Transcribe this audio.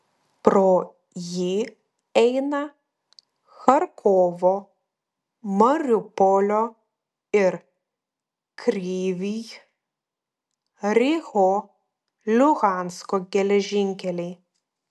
pro jį eina charkovo mariupolio ir kryvyj riho luhansko geležinkeliai